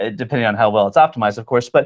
ah depending on how well it's optimized, of course. but